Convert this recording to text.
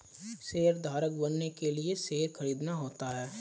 शेयरधारक बनने के लिए शेयर खरीदना होता है